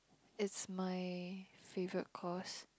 it's my favourite course